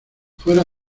fuera